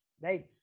right